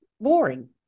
boring